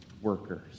workers